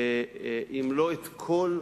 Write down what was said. אם לא את כל,